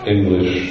English